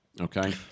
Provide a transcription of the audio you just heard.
Okay